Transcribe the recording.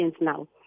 now